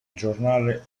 giornale